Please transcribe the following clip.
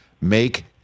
make